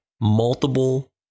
multiple